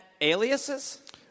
aliases